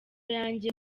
yanjye